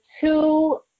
two